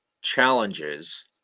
challenges